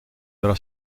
della